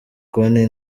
konti